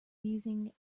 using